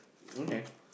okay